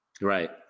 Right